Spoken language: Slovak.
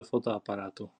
fotoaparátu